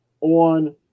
on